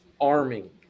arming